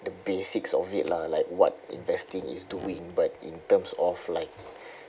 the basics of it lah like what investing is doing but in terms of like